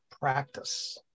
practice